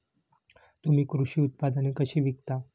तुम्ही कृषी उत्पादने कशी विकता?